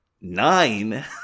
nine